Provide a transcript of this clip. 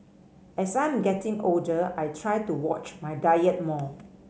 as I'm getting older I try to watch my diet more